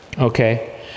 okay